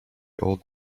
old